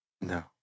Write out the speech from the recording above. no